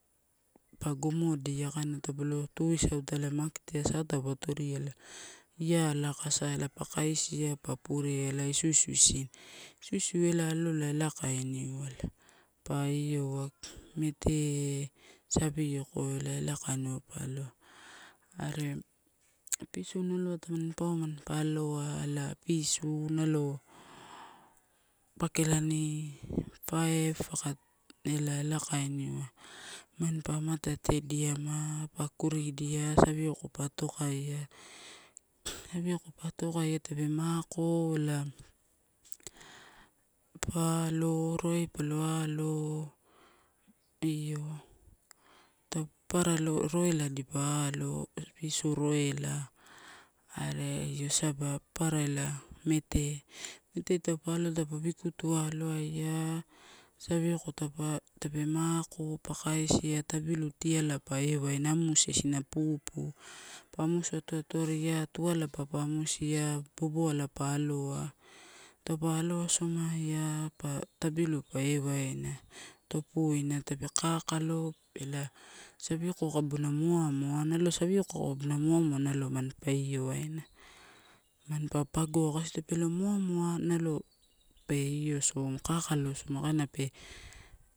Pagomodia, kaina taupe lo tuisau italai maketeai sa taupa toria ela, iala aka sa pa kaisia pa purea ela isuisu isina. Isu o su ela aloa ela kainiuala, pa ioua mete, savioko ela ela kainiue pa aloa. Are pisu nalo tawaniuwa paini aloa, ela pisu nalo pakelani paif aka ela, ela kainiua mampa amatete diama, pa kuridia, savioko pa atokaia, savioko pa atokaia. Tape makoi ela pa alo roe palo alo io taup papara roila dipa alo, pisu roila are io sabva papara ela mete. Mete taua aloaia taupa wikutia aloaia, savioko taupa, tape mako pa kaisia, tabilu tiala pa ewaina amusia isina pupu, pa amusu atoatovia tualaba pa ausia, boboala pa aloa. Taupa alo asomaia pa tabilu pa ewaina, topuina tape kakalo ela savioko kabuna moamoa, nalo savioko kabuna moamoa malo mampa io waina, mamapa bagoa kasi tape io moamoa nalo pe io soma kakalo soma kaina pe.